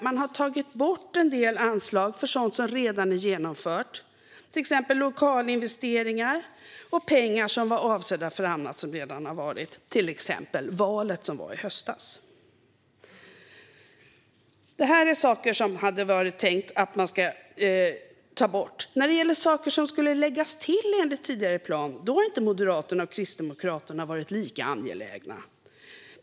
Man har tagit bort en del anslag för sådant som redan är genomfört, till exempel lokalinvesteringar och pengar som var avsedda för annat som redan skett, till exempel valet som genomfördes i höstas. Det här är saker som hade varit tänkta att tas bort. När det gäller saker som enligt tidigare plan skulle läggas till har inte Moderaterna och Kristdemokraterna varit lika angelägna.